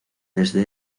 desde